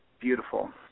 beautiful